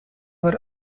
were